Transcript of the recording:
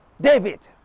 David